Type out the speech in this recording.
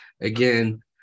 Again